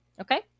Okay